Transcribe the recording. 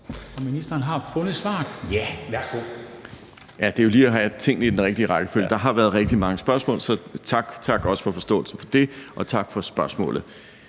Transportministeren (Benny Engelbrecht): Ja, det er lige med at have tingene i den rigtige rækkefølge. Der har været rigtig mange spørgsmål, så tak for forståelsen for det, og tak for spørgsmålet.